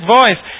voice